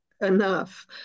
enough